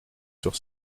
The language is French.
sur